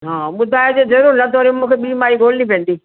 हा ॿुधाइजो ज़रूर न त वरी मूंखे ॿी माई ॻोल्हणी पवंदी